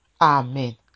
Amen